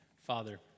Father